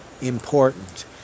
important